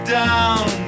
down